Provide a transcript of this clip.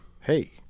Hey